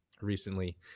recently